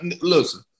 listen